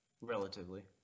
Relatively